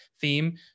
theme